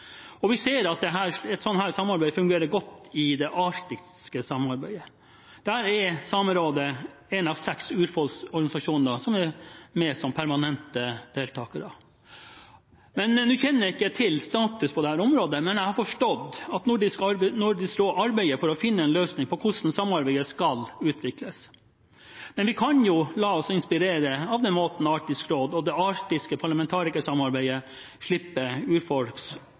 Vi ser at et sånt samarbeid fungerer godt innenfor det arktiske samarbeidet. Der er Samerådet en av seks urfolksorganisasjoner som er med som permanente deltakere. Nå kjenner jeg ikke til status på dette området, men jeg har forstått at Nordisk råd arbeider for å finne en løsning på hvordan samarbeidet skal utvikles. Men vi kan jo la oss inspirere av den måten Arktisk råd og det arktiske parlamentarikersamarbeidet slipper urfolks